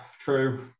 true